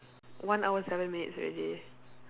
one hour seven minutes already